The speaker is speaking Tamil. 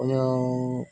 கொஞ்சம்